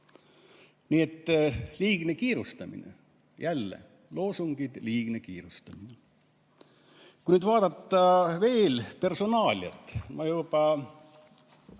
Nii et liigne kiirustamine. Jälle loosungid, liigne kiirustamine! Kui nüüd vaadata veel personaaliat, siis ma